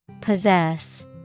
Possess